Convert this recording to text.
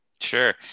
Sure